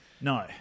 No